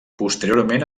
posteriorment